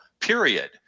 period